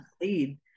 lead